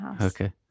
Okay